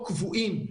קבועים,